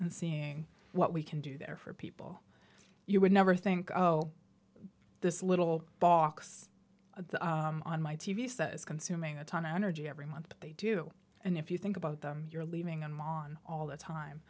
and seeing what we can do there for people you would never think oh this little box on my t v set is consuming a ton of energy every month they do and if you think about them you're leaving and lawn all the time